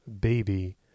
baby